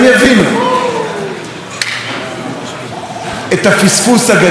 את הפספוס הגדול שהיה כאן.